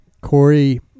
Corey